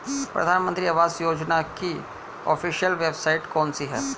प्रधानमंत्री आवास योजना की ऑफिशियल वेबसाइट कौन सी है?